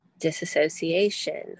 disassociation